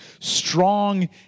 strong